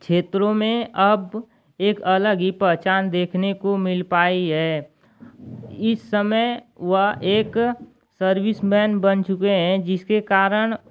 क्षेत्रों में अब एक अलग ही पहचान देखने को मिल पाई है इस समय वह एक सर्विसमैन बन चुके हैं जिसके कारण